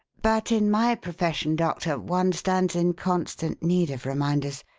but in my profession, doctor, one stands in constant need of reminders.